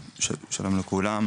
שלום לכולם,